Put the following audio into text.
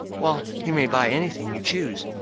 well, you may buy anything you choose.